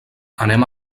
anem